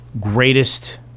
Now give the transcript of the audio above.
greatest